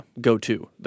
go-to